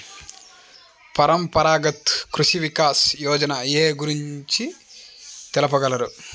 పరంపరాగత్ కృషి వికాస్ యోజన ఏ గురించి తెలుపగలరు?